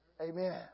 Amen